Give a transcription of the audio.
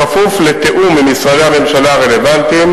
בכפוף לתיאום עם משרדי הממשלה הרלוונטיים.